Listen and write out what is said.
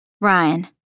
Ryan